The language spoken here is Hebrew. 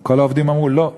כל העובדים אמרו: לא,